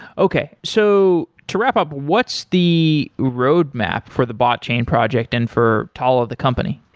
okay, so to wrap-up, what's the roadmap for the botchain project and for talla, the company?